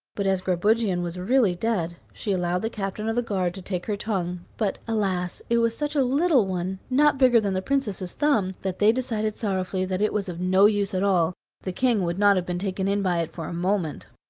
but as grabugeon was really dead, she allowed the captain of the guard to take her tongue but, alas! it was such a little one not bigger than the princess's thumb that they decided sorrowfully that it was of no use at all the king would not have been taken in by it for a moment!